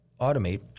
automate